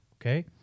okay